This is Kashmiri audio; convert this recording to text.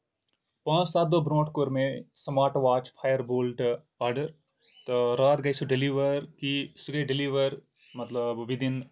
پانٛژھ سَتھ دۄہ برونٛھ کوٚر مےٚ سمارٹ واچ فایربولٹ آرڈر تہٕ راتھ گٔیے سۄ ڈیلِور کہِ سُہ گٔیے ڈیلِور وِداِن